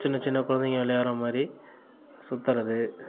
சின்னச் சின்ன குழந்தைங்க விளையாடுற மாதிரி சுற்றுறது